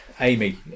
Amy